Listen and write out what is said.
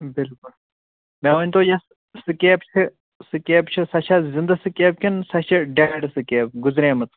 بِلکُل مےٚ ؤنۍتَو یتھ سِکیب چھِ سِکیب چھِ سۅ چھا زِنٛدٕ سِکیب کِنہٕ سۅ چھِ ڈیٚڈ سِکیب گُزریمٕژ